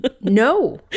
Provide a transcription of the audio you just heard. No